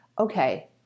Okay